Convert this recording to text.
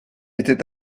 était